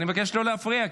אני מבקש לא להפריע,